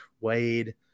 Wade